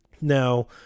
Now